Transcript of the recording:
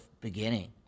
beginning